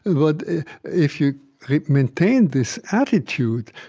but if you maintain this attitude,